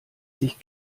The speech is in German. sich